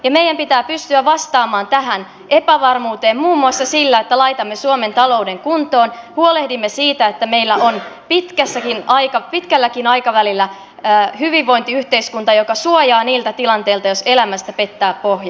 meidän pitää pystyä vastaamaan tähän epävarmuuteen muun muassa sillä että laitamme suomen talouden kuntoon huolehdimme siitä että meillä on pitkälläkin aikavälillä hyvinvointiyhteiskunta joka suojaa niiltä tilanteilta jos elämästä pettää pohja